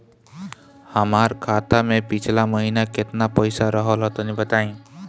हमार खाता मे पिछला महीना केतना पईसा रहल ह तनि बताईं?